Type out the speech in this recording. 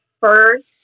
first